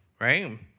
right